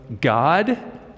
God